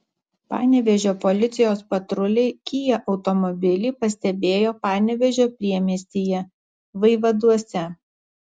panevėžio policijos patruliai kia automobilį pastebėjo panevėžio priemiestyje vaivaduose